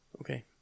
Okay